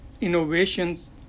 innovations